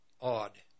odd